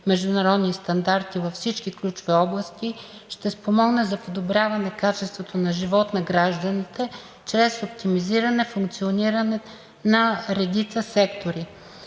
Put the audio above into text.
международни стандарти във всички ключови области, ще спомогне за подобряване качеството на живот на гражданите чрез оптимизиране функционирането на редица сектори.